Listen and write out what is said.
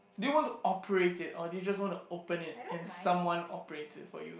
do you want to operate it or you just want to open it and someone operate it for you